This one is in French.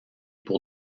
pour